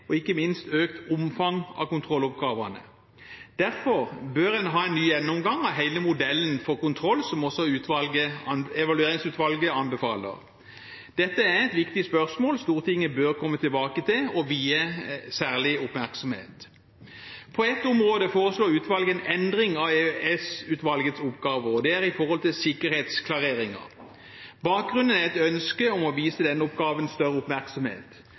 og ikke minst økt omfang av kontrolloppgavene. Derfor bør en ha en ny gjennomgang av hele modellen for kontroll, som også Evalueringsutvalget anbefaler. Dette er et viktig spørsmål Stortinget bør komme tilbake til og vie særlig oppmerksomhet. På et område foreslår utvalget en endring av EOS-utvalgets oppgaver. Det gjelder sikkerhetsklareringer. Bakgrunnen er et ønske om å vie denne oppgaven større oppmerksomhet.